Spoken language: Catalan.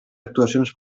actuacions